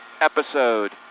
episode